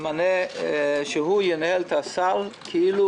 שהוא ינהל את הסל כאילו